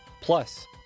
plus